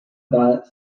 violent